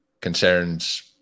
concerns